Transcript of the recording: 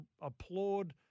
applaud